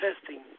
Testing